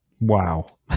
Wow